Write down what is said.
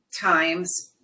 times